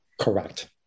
Correct